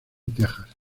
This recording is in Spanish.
texas